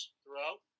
throughout